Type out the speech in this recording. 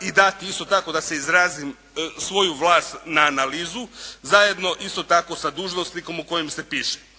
i dati, isto tako da se izrazim, svoju vlast na analizu zajedno isto tako, sa dužnosnikom o kojem se piše.